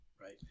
right